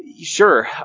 Sure